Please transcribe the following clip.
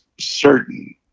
certain